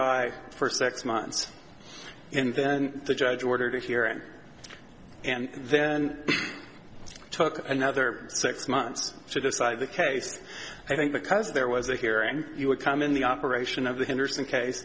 by for six months and then the judge ordered it here and and then took another six months to decide the case i think because there was a hearing you would come in the operation of the